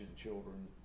children